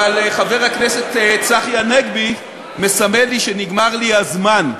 אבל חבר הכנסת צחי הנגבי מסמן לי שנגמר לי הזמן.